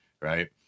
right